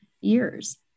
years